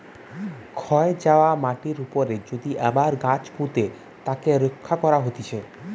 ক্ষয় যায়া মাটির উপরে যদি আবার গাছ পুঁতে তাকে রক্ষা করা হতিছে